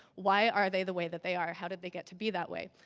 why are they the way that they are? how did they get to be that way?